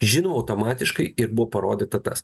žinoma automatiškai ir buvo parodyta tas